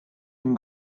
une